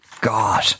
God